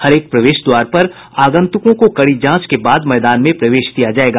हरेक प्रवेश द्वार पर आगंतुकों को कड़ी जांच के बाद मैदान में प्रवेश दिया जायेगा